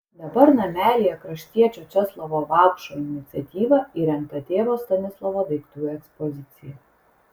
dabar namelyje kraštiečio česlovo vaupšo iniciatyva įrengta tėvo stanislovo daiktų ekspozicija